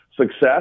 success